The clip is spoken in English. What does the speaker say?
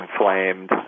inflamed